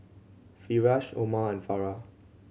Firash Omar and Farah